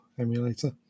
emulator